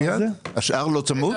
השאר לא צמוד?